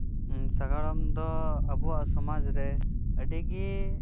ᱥᱟᱜᱟᱲᱚᱢ ᱫᱚ ᱟᱵᱩᱣᱟᱜ ᱥᱚᱢᱟᱡ ᱨᱮ ᱟᱹᱰᱤᱜᱤ